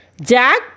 Jack